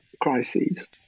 crises